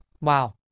Wow